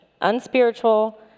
unspiritual